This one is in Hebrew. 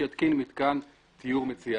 שיתקין מתקן טיהור מציאניד."